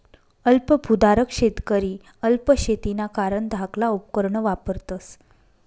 अल्प भुधारक शेतकरी अल्प शेतीना कारण धाकला उपकरणं वापरतस